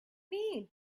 need